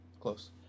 Close